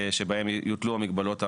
שבהן יוטלו המגבלות הרלוונטיות.